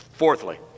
Fourthly